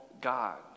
God